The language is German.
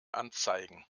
anzeigen